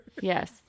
Yes